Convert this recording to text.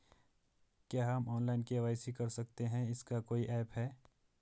क्या हम online KYC कर सकते हैं इसका कोई ऐप है?